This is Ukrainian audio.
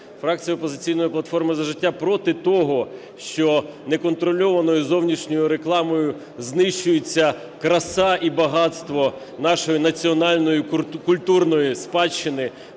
Фракція "Опозиційної платформи - За життя" проти того, що неконтрольованою зовнішньою рекламою знищується краса і багатство нашої національної культурної спадщини.